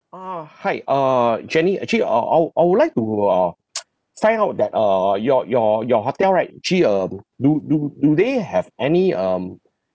uh hi err jenny actually I'll I'll I would like to uh find out if that uh your your your hotel right actually uh do do do they have any um